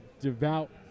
Devout